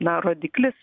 na rodiklis